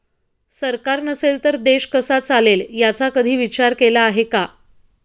सरकार नसेल तर देश कसा चालेल याचा कधी विचार केला आहे का?